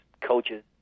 coaches